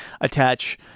attach